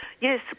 Yes